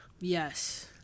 Yes